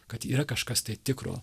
kad yra kažkas tai tikro